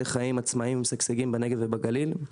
חיים עצמאיים משגשגים בנגב ובגליל.